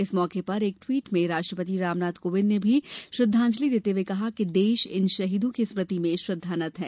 इस मौके पर एक ट्वीट में राष्ट्रपति रामनाथ कोविन्द ने भी श्रद्वांजलि देते हुये कहा कि देश इन शहीदों की स्मृति में श्रद्धानत हैं